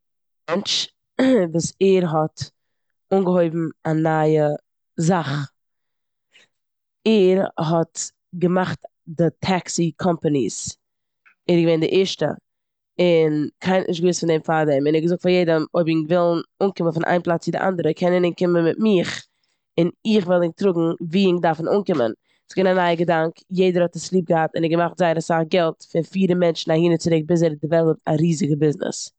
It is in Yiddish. וואס ער האט אנגעהויבן א נייע זאך. ער האט געמאכט די טעקסי קאמפאניס, ער איז געווען די ערשטע און קיינער האט נישט געוואוסט פון דעם פארדעם און ער האט געזאגט פאר יעדעם אויב ענק ווילן אנקומען פון איין פלאץ צו די אנדערע קענען ענק קומען מיט מיך און איך וועל ענק טראגן ווי ענק דארפן אנקומען. ס'איז געווען א נייע געדאנק, יעדער האט עס ליב געהאט און ער האט געמאכט זייער אסאך געלט פון פירן מענטשן אהין און צוריק ביז ער האט דעוועלאפט א ריזיגע ביזנעס.